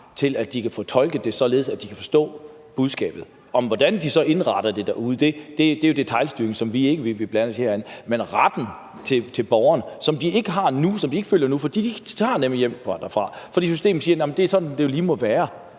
til, at de kan få tolket det, således at de kan forstå budskabet. Hvordan de så indretter det derude, er jo detailstyring, som vi ikke vil blande os i herinde. Men det drejer sig om retten for borgerne. De har den ikke nu, og de føler det ikke sådan, for de tager nemlig hjem derfra, for systemet siger, at det er sådan, det lige må være.